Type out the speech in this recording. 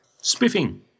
spiffing